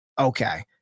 okay